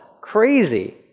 crazy